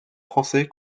français